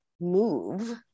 move